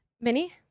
Minnie